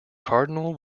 cardinal